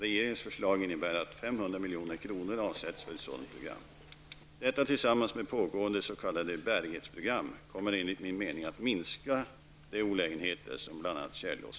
Regeringens förslag innebär att 500 milj.kr. avsätts för ett sådant program. Detta, tillsammans med pågående s.k. bärighetsprogram, kommer enligt min mening att minska de olägenheter som bl.a.